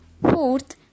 Fourth